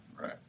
Right